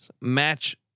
match